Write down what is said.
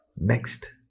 next